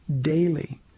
Daily